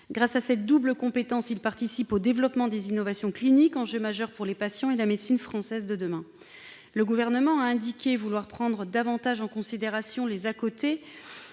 Grâce à cette double compétence, ils participent au développement des innovations cliniques, enjeu majeur pour les patients et la médecine française de demain. Le Gouvernement a indiqué vouloir prendre davantage en considération les à-côtés